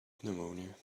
pneumonia